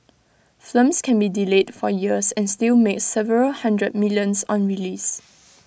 films can be delayed for years and still make several hundred millions on release